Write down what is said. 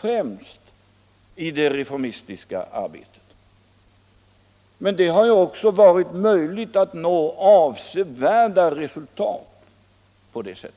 främst i det reformistiska arbetet. Men det har också varit möjligt att nå avsevärda resultat på detta sätt.